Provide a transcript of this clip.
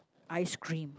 ice cream